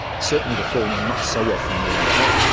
certainly the former, not so often the latter. ah